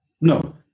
No